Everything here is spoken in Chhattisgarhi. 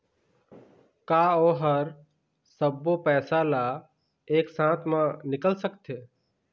का ओ हर सब्बो पैसा ला एक साथ म निकल सकथे?